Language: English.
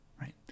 right